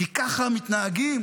כי ככה מתנהגים